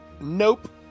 Nope